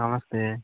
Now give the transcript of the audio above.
नमस्ते